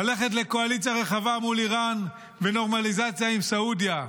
ללכת לקואליציה רחבה מול איראן ולנורמליזציה עם סעודיה,